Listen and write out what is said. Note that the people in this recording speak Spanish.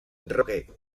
roque